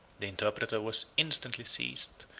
the interpreter was instantly seized,